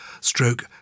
stroke